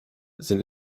sind